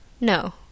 No